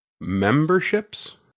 Memberships